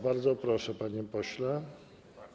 Bardzo proszę, panie pośle.